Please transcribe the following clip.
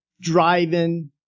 driving